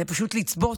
זה פשוט לצבוט,